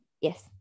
Yes